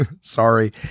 Sorry